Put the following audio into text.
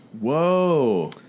Whoa